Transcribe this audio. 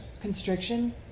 constriction